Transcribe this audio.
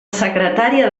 secretària